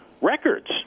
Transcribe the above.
records